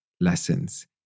lessons